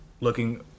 looking